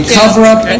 cover-up